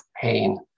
pain